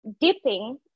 dipping